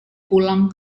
pulang